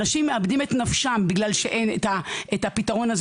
אנשים מאבדים את נפשם בגלל שאין את הפתרון הזה